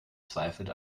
zweifelt